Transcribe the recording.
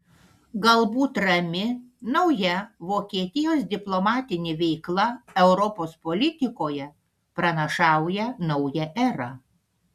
galbūt rami nauja vokietijos diplomatinė veikla europos politikoje pranašauja naują erą